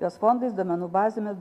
jos fondais duomenų bazėmis